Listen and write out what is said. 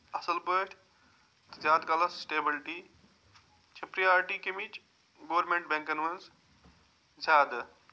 اَصٕل پٲٹھۍ زیادٕ کالس سِٹیٚبُلٹی چھِ پرٛیارٹی کٔمِچ گورمِنٛٹ بینٛکن منٛز زیادٕ